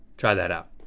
try that out.